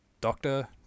doctor